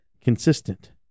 consistent